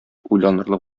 уйланырлык